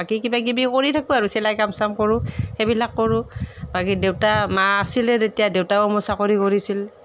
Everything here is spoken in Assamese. বাকী কিবা কিবি কৰি থাকোঁ আৰু চিলাই কাম চাম কৰোঁ সেইবিলাক কৰোঁ বাকী দেউতা মা আছিলে তেতিয়া দেউতাও মোৰ চাকৰি কৰিছিল